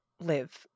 live